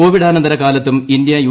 കോവിഡാനന്തര കാലത്തും India U